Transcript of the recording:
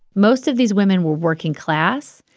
most of these women were working class.